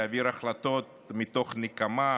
להעביר החלטות מתוך נקמה,